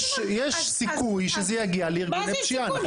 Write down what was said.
יש סיכוי שזה יגיע לארגוני פשיעה.